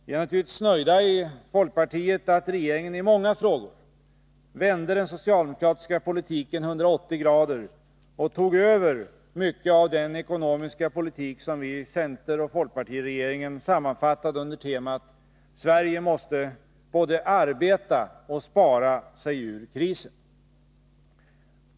Vi är naturligtvis nöjda i folkpartiet att regeringen i många frågor vände den socialdemokratiska politiken 180” och övertog mycket av den ekonomiska politik som vi i center-folkparti-regeringen sammanfattade under temat: Sverige måste både arbeta och spara sig ur krisen.